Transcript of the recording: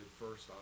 first